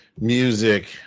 music